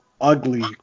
ugly